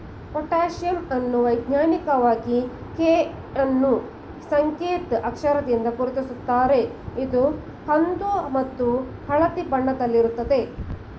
potassium ಅನ್ನು ವೈಜ್ಞಾನಿಕವಾಗಿ K ಅನ್ನೂ ಸಂಕೇತ್ ಅಕ್ಷರದಿಂದ ಗುರುತಿಸುತ್ತಾರೆ ಇದು ಕಂದು ಮತ್ತು ಹಳದಿ ಬಣ್ಣದಲ್ಲಿರುತ್ತದೆ